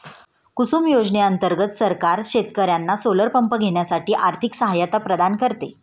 कुसुम योजने अंतर्गत सरकार शेतकर्यांना सोलर पंप घेण्यासाठी आर्थिक सहायता प्रदान करते